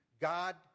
God